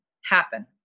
happen